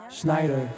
Schneider